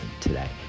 today